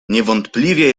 niewątpliwie